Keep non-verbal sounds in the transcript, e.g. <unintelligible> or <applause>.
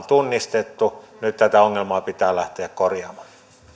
<unintelligible> tunnistettu nyt tätä ongelmaa pitää lähteä korjaamaan